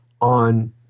on